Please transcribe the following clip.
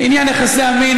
בעניין יחסי המין,